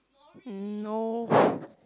no